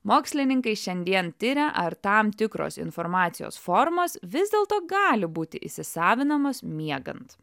mokslininkai šiandien tiria ar tam tikros informacijos formos vis dėlto gali būti įsisavinamos miegant